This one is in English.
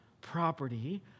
property